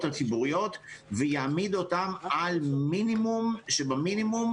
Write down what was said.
הציבוריות ויעמיד אותם על מינימום שבמינימום,